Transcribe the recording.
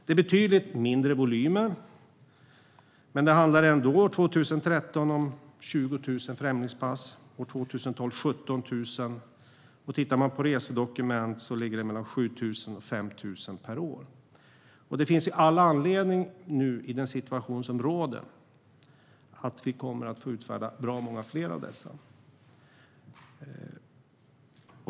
Det är betydligt mindre volymer, men det handlade ändå 2013 om 20 000 främlingspass, och 2012 om 17 000. Om man tittar på resedokument ser man att det ligger på mellan 5 000 och 7 000 per år. Det finns all anledning att tro att vi i den situation som råder nu kommer att få utfärda bra många fler av dessa.